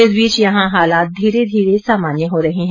इस बीच यहां हालात धीरे धीरे सामान्य हो रहे है